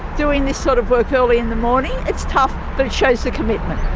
doing this sort of work early in the morning, it's tough, but it shows the commitment.